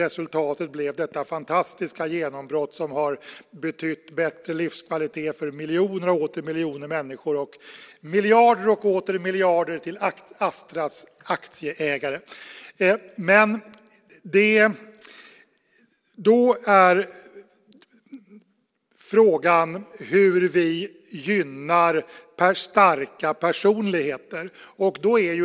Resultatet blev detta fantastiska genombrott som har betytt bättre livskvalitet för miljoner och åter miljoner människor och miljarder och åter miljarder till Astras aktieägare. Frågan är hur vi gynnar starka personligheter.